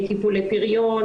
טיפולי פריון,